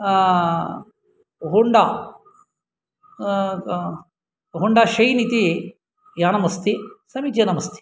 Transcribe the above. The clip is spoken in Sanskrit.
होण्डा होण्डा शैन् इति यानम् अस्ति समीचीनम् अस्ति